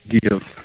give